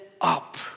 up